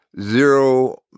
zero